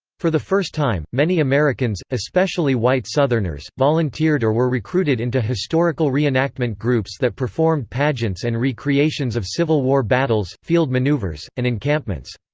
for the first time, many americans, especially white southerners, volunteered or were recruited into historical reenactment groups that performed pageants and re-creations of civil war battles, field maneuvers, and encampments.